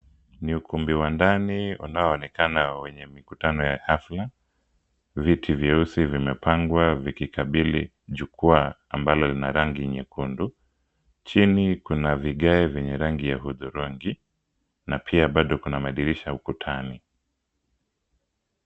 Ni ukumbi wa ndani unaoonekana wenye mikutano ya hafla. Viti vyeusi vimepangwa vikikabili jukwaa ambalo lina rangi nyekundu. Chini kuna vigae vyenye rangi ya hudhurungi na pia bado kuna madirisha ukutani.